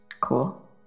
cool